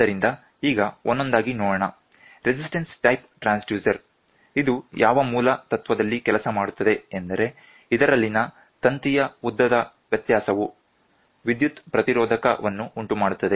ಆದ್ದರಿಂದ ಈಗ ಒಂದೊಂದಾಗಿ ನೋಡೋಣ ರೆಸಿಸ್ಟೆನ್ಸ್ ಟೈಪ್ ಟ್ರಾನ್ಸ್ಡ್ಯೂಸರ್ ಇದು ಯಾವ ಮೂಲ ತತ್ವದಲ್ಲಿ ಕೆಲಸ ಮಾಡುತ್ತದೆ ಎಂದರೆ ಇದರಲ್ಲಿನ ತಂತಿಯ ಉದ್ದದ ವ್ಯತ್ಯಾಸವು ವಿದ್ಯುತ್ ಪ್ರತಿರೋಧಕವನ್ನು ಉಂಟುಮಾಡುತ್ತದೆ